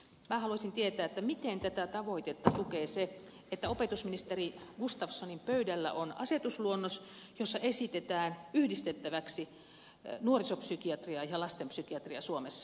minä haluaisin tietää miten tätä tavoitetta tukee se että opetusministeri gustafssonin pöydällä on asetusluonnos jossa esitetään yhdistettäväksi nuorisopsykiatria ja lastenpsykiatria suomessa